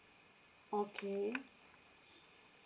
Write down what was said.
okay